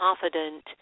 confident